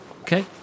okay